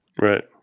Right